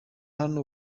hano